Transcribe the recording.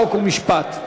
חוק ומשפט.